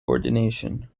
ordination